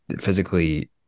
physically